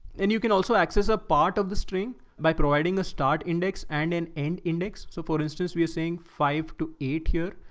and you can also access a part of the string by providing a start index and an end index. so for instance, we are saying five to eight year.